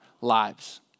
lives